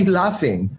laughing